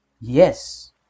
yes